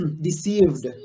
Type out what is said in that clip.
deceived